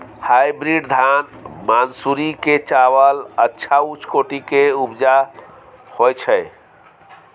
Hybrid धान मानसुरी के चावल अच्छा उच्च कोटि के उपजा होय छै?